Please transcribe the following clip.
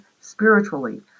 spiritually